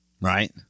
right